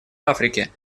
африки